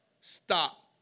stop